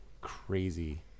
crazy